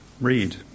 read